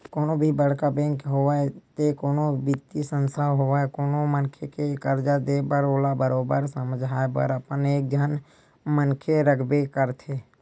कोनो भी बड़का बेंक होवय ते कोनो बित्तीय संस्था होवय कोनो मनखे के करजा देय बर ओला बरोबर समझाए बर अपन एक झन मनखे रखबे करथे